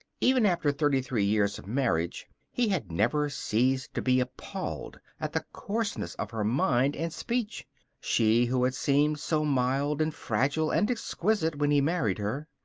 even after thirty-three years of marriage he had never ceased to be appalled at the coarseness of her mind and speech she who had seemed so mild and fragile and exquisite when he married her.